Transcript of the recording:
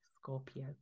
Scorpio